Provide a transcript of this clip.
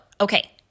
okay